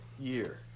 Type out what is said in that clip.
year